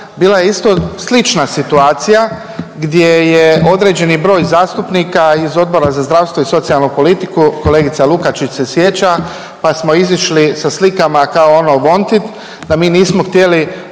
bila je isto slična situacija gdje je određeni broj zastupnika iz Odbora za zdravstvo i socijalnu politiku, kolegica Lukačić se sjeća pa smo izišli sa slikama kao ono wanted, da mi nismo htjeli